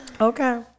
okay